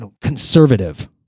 conservative